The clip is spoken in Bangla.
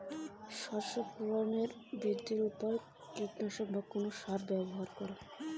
সর্ষের ফলন বৃদ্ধির কি উপায় রয়েছে?